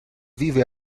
vive